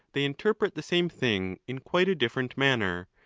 they interpret the same thing in quite a different manner,